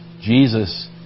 Jesus